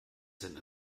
sind